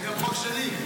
זה גם חוק שלי.